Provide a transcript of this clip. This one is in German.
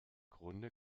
grunde